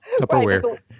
Tupperware